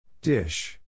Dish